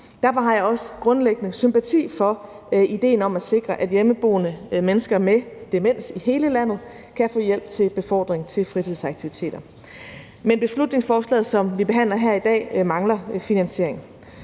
Derfor har jeg også grundlæggende sympati for idéen om at sikre, at hjemmeboende mennesker med demens i hele landet kan få hjælp til befordring til fritidsaktiviteter. Men beslutningsforslaget, som vi behandler her i dag, mangler finansiering.